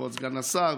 כבוד סגן השר,